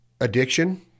addiction